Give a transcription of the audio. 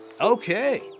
Okay